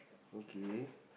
okay